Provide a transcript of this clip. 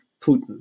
putin